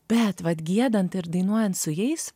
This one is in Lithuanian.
bet vat giedant ir dainuojant su jais